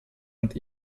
und